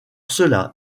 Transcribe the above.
cela